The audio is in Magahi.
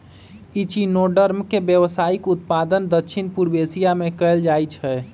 इचिनोडर्म के व्यावसायिक उत्पादन दक्षिण पूर्व एशिया में कएल जाइ छइ